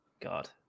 God